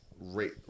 rate